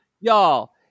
y'all